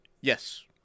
Yes